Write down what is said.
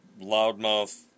loudmouth